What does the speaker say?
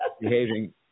behaving